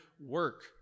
work